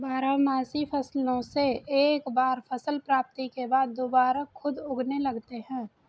बारहमासी फसलों से एक बार फसल प्राप्ति के बाद दुबारा खुद उगने लगते हैं